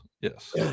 Yes